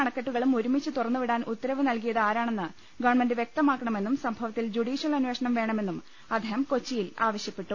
അണക്ക ട്ടുകളും ഒരുമിച്ച് തുറന്നുവിടാൻ ഉത്തരവ് നൽകിയത് ആരാണെന്ന് ഗവൺമെന്റ് വൃക്തമാക്കണമെന്നും സംഭ വത്തിൽ ജുഡീഷ്യൽ അന്വേഷണം വേണമെന്നും അദ്ദേഹം കൊച്ചിയിൽ ആവശ്യപ്പെട്ടു